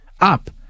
up